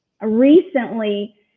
recently